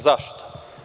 Zašto?